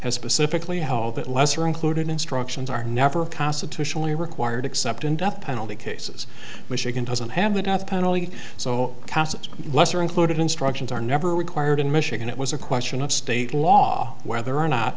has specifically held that lesser included instructions are never constitutionally required except in death penalty cases michigan doesn't have the death penalty so that lesser included instructions are never required in michigan it was a question of state law whether or not